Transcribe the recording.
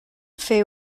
fer